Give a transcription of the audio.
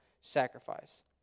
sacrifice